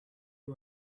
who